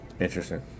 interesting